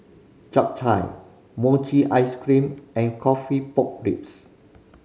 Chap Chai mochi ice cream and coffee pork ribs